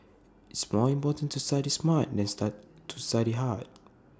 IT is more important to study smart than to study hard